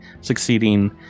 succeeding